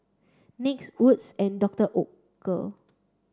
NYX Wood's and Doctor Oetker